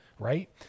right